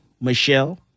Michelle